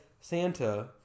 Santa